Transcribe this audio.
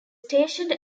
stationed